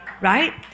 right